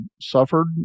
suffered